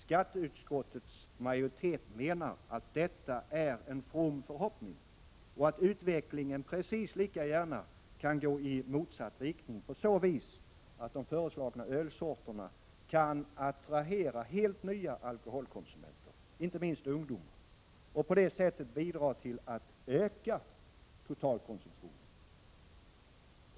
Skatteutskottets majoritet menar att detta är en from förhoppning och att utvecklingen precis lika gärna kan gå i motsatt riktning, på så vis att de föreslagna ölsorterna kan attrahera helt nya alkoholkonsumenter — inte minst ungdomar — och på det sättet bidra till att öka totalkonsumtionen.